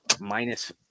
minus